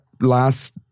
last